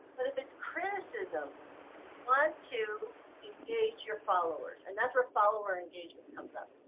but if it's criticism you want to engage your followers and that's where follower engagement comes up.